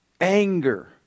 anger